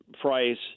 Price